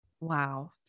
Wow